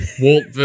Walt